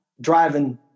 driving